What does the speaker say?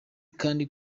kandi